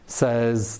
says